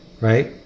Right